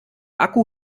akku